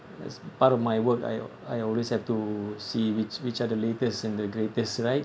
as part of my work I I always have to see which which are the latest and the greatest right